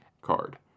card